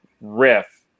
riff